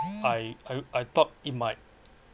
I I I thought it might